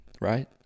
right